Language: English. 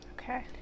Okay